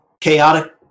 chaotic